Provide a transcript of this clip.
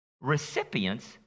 recipients